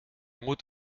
moet